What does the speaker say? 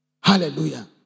Hallelujah